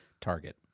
Target